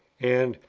and,